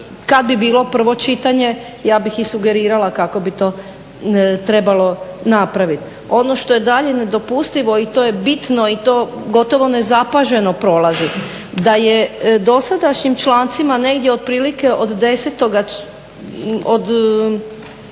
kad bi bilo prvo čitanje ja bih i sugerirala kako bi to trebalo napraviti. Ono što je dalje nedopustivo i to je bitno i to gotovo nezapaženo prolazi, da je dosadašnjim člancima negdje otprilike od trinaestoga do